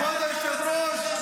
כמה אתם דומים.